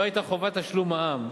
לא היתה חובת תשלום מע"מ.